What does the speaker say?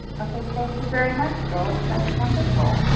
okay. thank you very much, zsolt, that was wonderful.